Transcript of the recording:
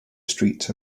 streets